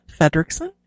Fedrickson